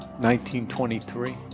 1923